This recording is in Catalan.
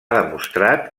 demostrat